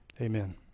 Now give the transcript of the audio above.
Amen